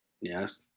Yes